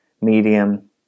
medium